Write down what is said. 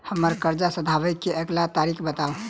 हम्मर कर्जा सधाबई केँ अगिला तारीख बताऊ?